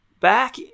back